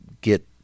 get